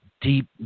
deep